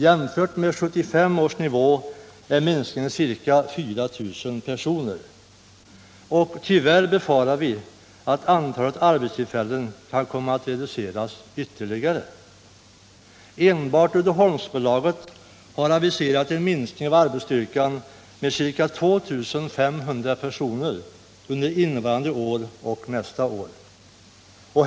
Jämfört med 1975 års nivå omfattar minskningen ca 4000 personer. Tyvärr befarar vi att antalet arbetstillfällen kan komma att reduceras ytterligare. Enbart Uddeholmsbolaget har aviserat en minskning av arbetsstyrkan med ca 2 500 personer under innevarande år och nästa år.